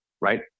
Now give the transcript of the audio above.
right